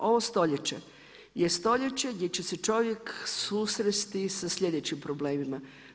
Ovo stoljeće je stoljeće gdje će čovjek susresti sa slijedećim problemima.